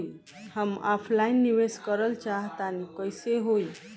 हम ऑफलाइन निवेस करलऽ चाह तनि कइसे होई?